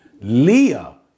Leah